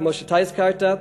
כמו שאתה הזכרת,